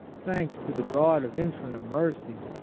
thanks to the god of infinite mercy,